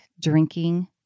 drinking